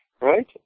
right